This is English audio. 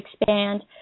expand